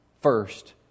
first